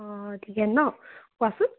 অ' ন কোৱাচোন